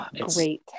great